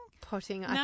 Potting